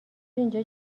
اینجا